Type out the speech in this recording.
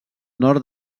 nord